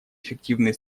эффективные